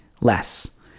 less